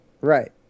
right